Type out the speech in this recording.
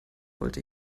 wollte